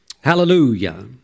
Hallelujah